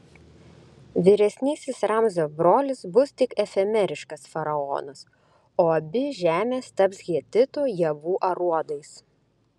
vyresnysis ramzio brolis bus tik efemeriškas faraonas o abi žemės taps hetitų javų aruodais